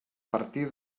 partir